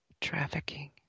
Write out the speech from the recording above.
trafficking